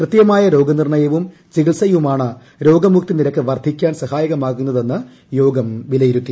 കൃത്യമായ രോഗ നിർണ്ണയവും ചികിത്സയുമാണ് രോഗമുക്തി നിരക്ക് വർദ്ധിക്കാൻ സഹായകമാകുന്നതെന്ന് യോഗം വിലയിരുത്തി